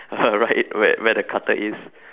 right where where the cutter is